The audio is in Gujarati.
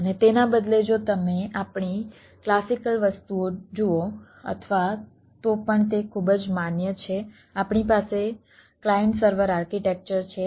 અને તેના બદલે જો તમે આપણી ક્લાસિકલ વસ્તુ જુઓ અથવા તો પણ તે ખૂબ જ માન્ય છે આપણી પાસે ક્લાયન્ટ સર્વર આર્કિટેક્ચર છે